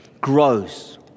grows